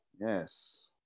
Yes